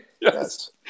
Yes